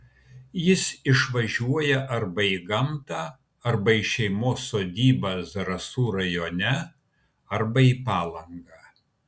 jis išvažiuoja arba į gamtą arba į šeimos sodybą zarasų rajone arba į palangą